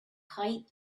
height